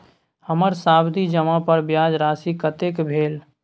हमर सावधि जमा पर ब्याज राशि कतेक भेल?